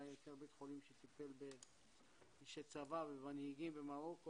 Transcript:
יותר בית חולים שטיפל באישי צבא ומנהיגים במרוקו,